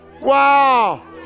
Wow